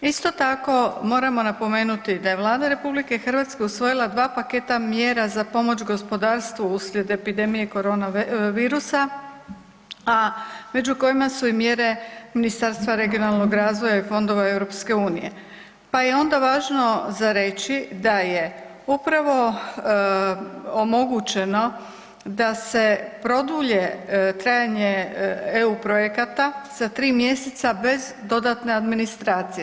Isto tako, moramo napomenuti da je Vlada RH usvojila 2 paketa mjera za pomoć gospodarstvu uslijed epidemije koronavirusa, a među kojima su i mjere Ministarstva regionalnog razvoja i fondova EU pa je onda važno za reći da je upravo omogućeno da se produlje trajanje EU projekata za 3 mjeseca bez dodatne administracije.